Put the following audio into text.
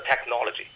technology